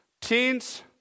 Teens